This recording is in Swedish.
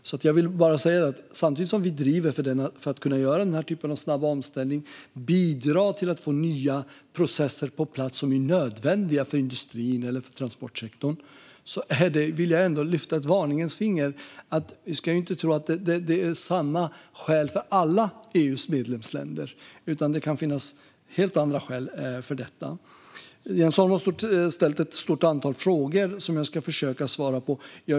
Samtidigt som vi driver på för att kunna göra den här typen av snabb omställning och bidra till att få nya processer på plats som är nödvändiga för industrin eller transportsektorn vill jag också lyfta ett varningens finger: Vi ska inte tro att det är samma skäl för alla EU:s medlemsländer, utan det kan finnas helt andra skäl. Jens Holm har ställt ett stort antal frågor som jag ska försöka svara på.